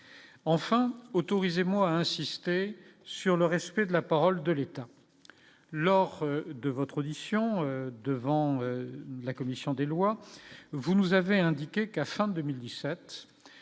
enfin autorisé, moi, insister sur le respect de la parole de l'État lors de votre audition devant la commission des lois, vous nous avez indiqué qu'à fin 2017,